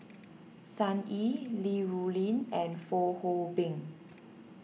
Sun Yee Li Rulin and Fong Hoe Beng